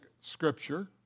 scripture